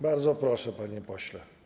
Bardzo proszę, panie pośle.